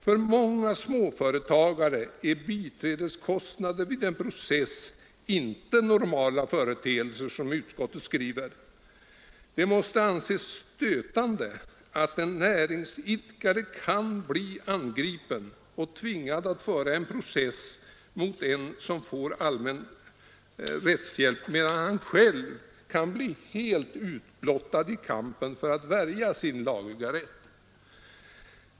För många småföretagare är biträdeskostnader vid en process inte normala företeelser, som utskottet skriver. Det måste anses stötande att en näringsidkare kan bli angripen och tvingad att föra process mot en person som får allmän rättshjälp medan han själv kan bli helt utblottad i kampen för att värja sin rätt.